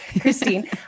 Christine